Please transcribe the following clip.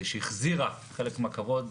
שהחזירה חלק מהכבוד,